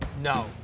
No